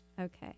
Okay